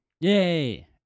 Yay